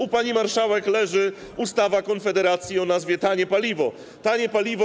U pani marszałek leży ustawa Konfederacji o nazwie: Tanie paliwo.